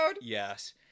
yes